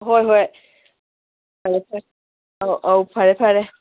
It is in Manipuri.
ꯍꯣꯏ ꯍꯣꯏ ꯐꯔꯦ ꯐꯔꯦ ꯑꯧ ꯑꯧ ꯐꯔꯦ ꯐꯔꯦ